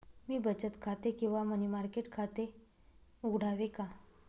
मी बचत खाते किंवा मनी मार्केट खाते उघडावे का?